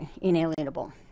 inalienable